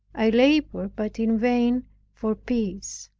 i labored but in vain for peace.